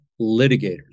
litigators